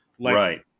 Right